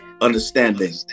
understanding